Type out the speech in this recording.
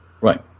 right